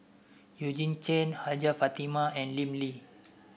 Eugene Chen Hajjah Fatimah and Lim Lee